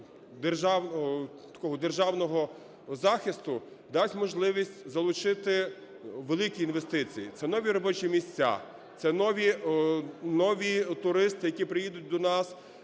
державного захисту дасть можливість залучити великі інвестиції. Це нові робочі місця, це нові туристи, які приїдуть до нас